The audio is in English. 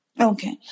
Okay